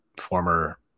former